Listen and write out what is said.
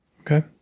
Okay